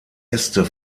äste